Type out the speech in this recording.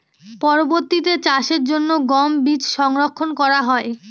পরবর্তিতে চাষের জন্য গম বীজ সংরক্ষন করা হয়?